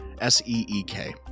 s-e-e-k